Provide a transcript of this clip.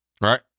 Right